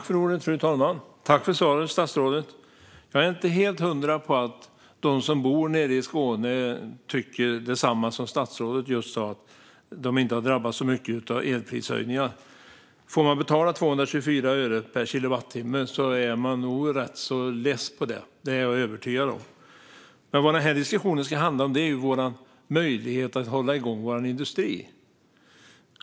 Fru talman! Tack för svaret, statsrådet! Jag har inte helt hundra på att de som bor nere i Skåne tycker detsamma som statsrådet just sa om att de inte har drabbats så mycket av elprishöjningar. Får man betala 224 öre per kilowattimme är man nog rätt så less på det. Det är jag övertygad om. Vad den här diskussionen ska handla om är vår möjlighet att hålla igång vår industri.